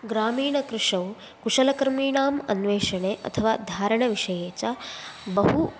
ग्रामीणकृषौ कुशलकर्मिणाम् अन्वेषणे अथवा धारणविषये च बहु